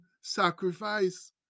sacrifice